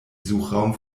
suchraum